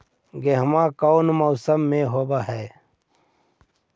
गेहूमा कौन मौसम में होब है?